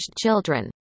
children